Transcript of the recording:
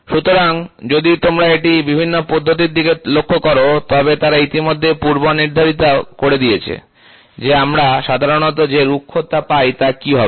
সুতরাং যদি তোমরা এটি বিভিন্ন পদ্ধতির দিকে লক্ষ্য কর তবে তারা ইতিমধ্যে পূর্বনির্ধারিত করে দিয়েছে যে আমরা সাধারণত যে রুক্ষতা পাই তা কী হবে